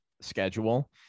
schedule